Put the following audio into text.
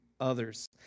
Others